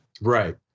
Right